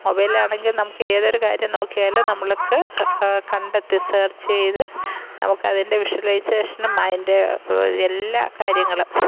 mobile ആണെങ്കിൽ നമുക്ക് ഏതൊരു കാര്യം നോക്കിയാലും നമ്മൾക്ക് കണ്ടെത്തി സേർച്ച് ചെയ്ത് നമുക്ക് അതിൻ്റെ വിഷ്വലൈസേഷനും അതിൻ്റെ എല്ലാ കാര്യങ്ങളും